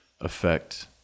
affect